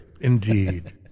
Indeed